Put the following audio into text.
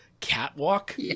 catwalk